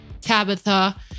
tabitha